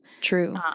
True